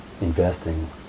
investing